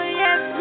yes